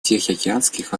тихоокеанских